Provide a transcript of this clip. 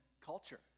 culture